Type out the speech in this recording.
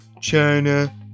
China